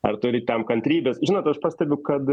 ar turi tam kantrybės žinot aš pastebiu kad